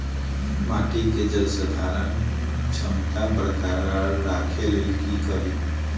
माटि केँ जलसंधारण क्षमता बरकरार राखै लेल की कड़ी?